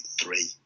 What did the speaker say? three